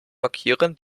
markieren